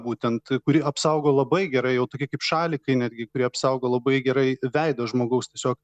būtent kuri apsaugo labai gerai jau tokie kaip šalikai netgi kurie apsaugo labai gerai veidą žmogaus tiesiog